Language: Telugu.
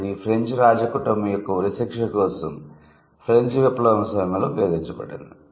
ఇది ఫ్రెంచ్ రాజ కుటుంబం యొక్క ఉరిశిక్ష కోసం ఫ్రెంచ్ విప్లవం సమయంలో ఉపయోగించబడింది